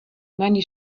many